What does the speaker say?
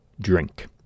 drink